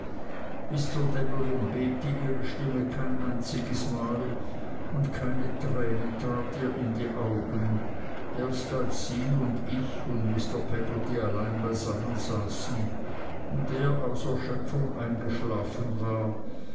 bis zur dämmerung bebte ihre stimme kein einziges mal und keine träne trat ihr in die augen erst als sie und ich und mr peggotty allein beisammen saßen und er aus erschöpfung eingeschlafen war